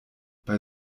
bei